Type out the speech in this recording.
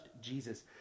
Jesus